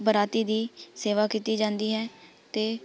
ਬਰਾਤੀ ਦੀ ਸੇਵਾ ਕੀਤੀ ਜਾਂਦੀ ਹੈ ਅਤੇ